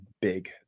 big